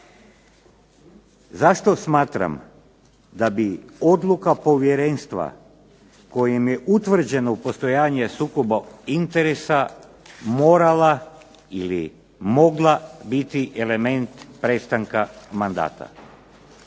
Zašto smatram da bi odluka povjerenstva kojim je utvrđeno postojanje sukoba interesa morala ili mogla biti element prestanka mandata.